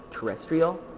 terrestrial